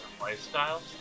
lifestyle